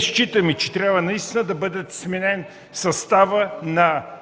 считаме, че трябва да бъде сменен съставът на